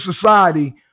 society